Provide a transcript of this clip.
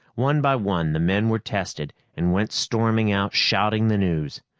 one by one, the men were tested and went storming out, shouting the news.